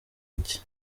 iki